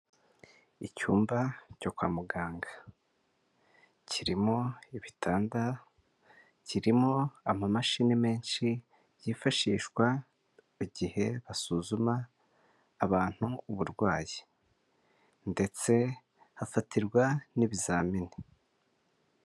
Icyumba cyo kwa muganga, kirimo ibitanda, kirimo amamashini menshi yifashishwa igihe basuzuma abantu uburwayi ndetse hafatirwa n'ibizamini.